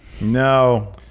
No